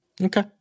Okay